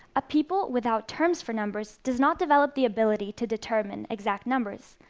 a people without terms for numbers does not develop the ability to determine exact numbers.